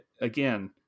again